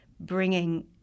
bringing